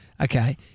okay